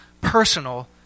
personal